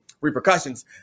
repercussions